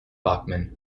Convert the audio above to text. bachmann